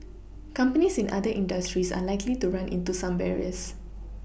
companies in other industries are likely to run into the same barriers